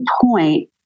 point